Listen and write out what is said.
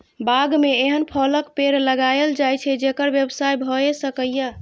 बाग मे एहन फलक पेड़ लगाएल जाए छै, जेकर व्यवसाय भए सकय